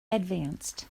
advanced